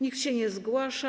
Nikt się nie zgłasza.